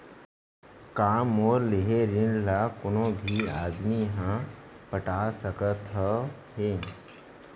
का मोर लेहे ऋण ला कोनो भी आदमी ह पटा सकथव हे?